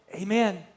Amen